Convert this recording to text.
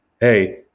hey